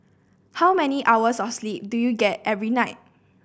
how many hours of sleep do you get every night